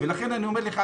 ולכן אני אומר לך,